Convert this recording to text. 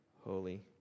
holy